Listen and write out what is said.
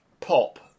pop